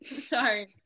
Sorry